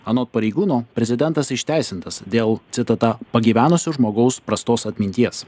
anot pareigūno prezidentas išteisintas dėl citata pagyvenusio žmogaus prastos atminties